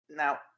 Now